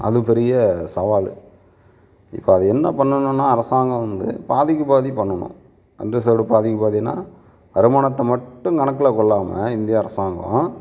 அது பெரிய சவால் இப்போ அதை என்ன பண்ணணும்னா அரசாங்கம் வந்து பாதிக்கு பாதி பண்ணணும் அன்ரிசர்வ்டு பாதிக்கு பாதின்னா வருமானத்தை மட்டும் கணக்கில் கொள்ளாமல் இந்திய அரசாங்கம்